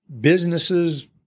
businesses